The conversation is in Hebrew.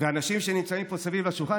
והאנשים שנמצאים פה סביב השולחן,